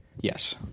Yes